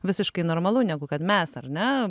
visiškai normalu negu kad mes ar ne